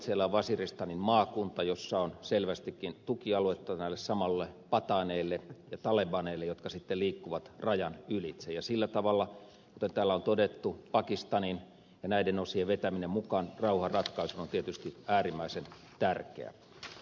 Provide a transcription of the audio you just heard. siellä on waziristanin maakunta jossa on selvästikin tukialuetta näille samoille pataaneille ja talebaneille jotka sitten liikkuvat rajan ylitse ja sillä tavalla kuten täällä on todettu pakistanin ja näiden osien vetäminen mukaan rauhanratkaisuun on tietysti äärimmäisen tärkeää